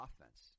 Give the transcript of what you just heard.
offense